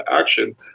action